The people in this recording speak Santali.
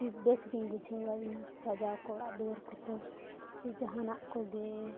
ᱵᱮᱥᱜᱤᱧ ᱵᱩᱡᱷᱟᱹᱣᱟᱧ ᱥᱟᱡᱟᱣ ᱠᱚ ᱚᱲᱟᱜ ᱫᱩᱣᱟᱹᱨ ᱠᱚᱛᱮ ᱡᱮ ᱡᱟᱦᱟᱱᱟᱜ ᱠᱚᱜᱮ